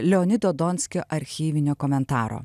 leonido donskio archyvinio komentaro